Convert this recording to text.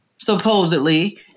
supposedly